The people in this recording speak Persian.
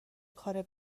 کار